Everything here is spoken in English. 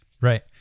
Right